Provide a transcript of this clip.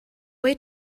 way